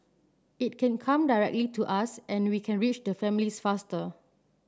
it can come directly to us and we can reach the families faster